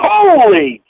Holy